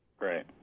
Right